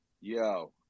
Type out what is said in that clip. Yo